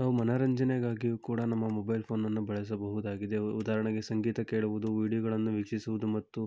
ನಾವು ಮನರಂಜನೆಗಾಗಿಯು ಕೂಡ ನಮ್ಮ ಮೊಬೈಲ್ ಫೋನನ್ನು ಬಳಸಬಹುದಾಗಿದೆ ಉದಾಹರಣೆಗೆ ಸಂಗೀತ ಕೇಳುವುದು ವೀಡಿಯೋಗಳನ್ನು ವೀಕ್ಷಿಸುವುದು ಮತ್ತು